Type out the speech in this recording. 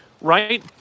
Right